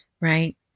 Right